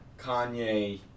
Kanye